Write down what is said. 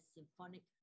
Symphonic